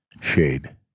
shade